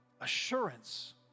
assurance